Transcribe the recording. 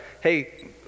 hey